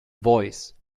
voice